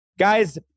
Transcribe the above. Guys